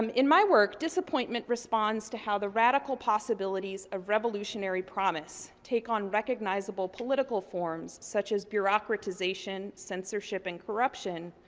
um in my work, disappointment responds to how the radical possibilities of revolutionary promise take on recognizable political forms, such as bureaucratization, censorship and corruption,